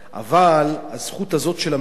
אבל הזכות הזאת של המדינה,